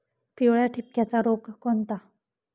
पिवळ्या ठिपक्याचा रोग कोणता?